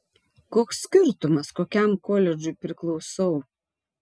koks skirtumas kokiam koledžui priklausau